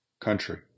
country